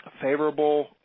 favorable